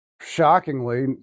shockingly